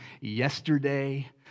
yesterday